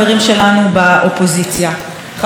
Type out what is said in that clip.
אל מול הימין הפופוליסטי,